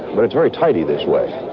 but it's very tidy this way.